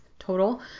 total